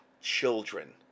children